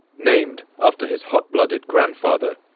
named after his hot-blooded grandfather,